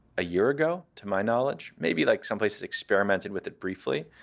a year ago, to my knowledge, maybe like some places experimented with it briefly.